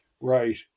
Right